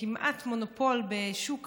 כמעט מונופול בשוק